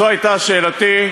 זו הייתה שאלתי,